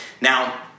Now